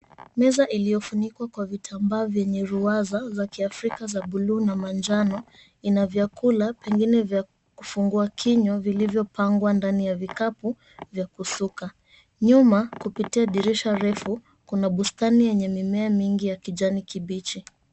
Meza iliyofunikwa kwa vitambaa vyenye ruwaza za afrika za buluu na manjano ina vyakula, pengine vya kufungua kinywa vilivyopangwa ndani vikapu vya kusuka. Nyuma kupitia dirisha refu kuna bustani yenye mimea mingi ya kijani kibichi.